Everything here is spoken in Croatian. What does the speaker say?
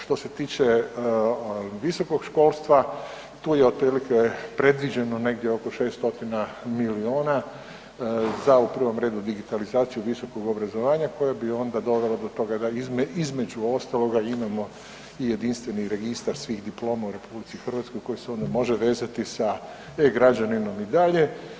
Što se tiče visokog školstva, tu je otprilike previđeno negdje oko 600 milijuna za u prvom redu digitalizaciju visokog obrazovanja koje bi onda dovelo do toga da između ostaloga imamo i jedinstveni registar svih diploma u RH koji se onda može vezati sa E-građaninom i dalje.